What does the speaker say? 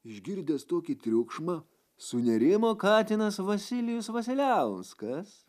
išgirdęs tokį triukšmą sunerimo katinas vasilijus vasiliauskas